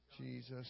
Jesus